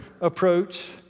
approach